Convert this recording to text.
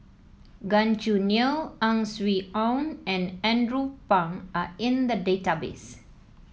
Gan Choo Neo Ang Swee Aun and Andrew Phang are in the database